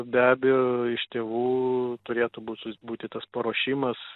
be abejo iš tėvų turėtų būt būti tas paruošimas